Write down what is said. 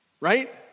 right